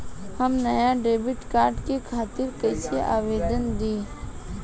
हम नया debit card के खातिर कइसे आवेदन दीं?